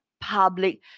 public